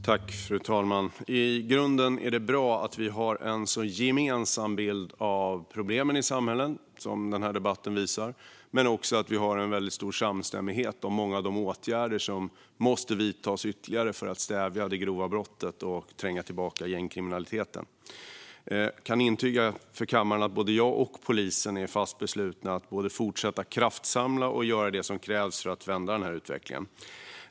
Fru talman! Det är i grunden bra att vi har en så gemensam bild av problemen i samhället, som den här debatten visar, men också en väldigt stor samstämmighet om många av de ytterligare åtgärder som måste vidtas för att stävja de grova brotten och tränga tillbaka gängkriminaliteten. Jag kan intyga för kammaren att både jag och polisen är fast beslutna att fortsätta kraftsamla och göra det som krävs för att vända den här utvecklingen.